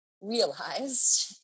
realized